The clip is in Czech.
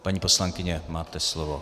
Paní poslankyně, máte slovo.